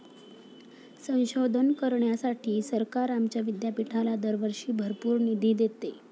संशोधन करण्यासाठी सरकार आमच्या विद्यापीठाला दरवर्षी भरपूर निधी देते